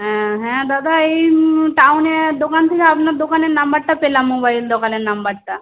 হ্যাঁ হ্যাঁ দাদা এই টাউনের দোকান থেকে আপনার দোকানের নাম্বারটা পেলাম মোবাইল দোকানের নাম্বারটা